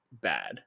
bad